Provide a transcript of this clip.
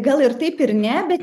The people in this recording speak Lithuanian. gal ir taip ir ne bet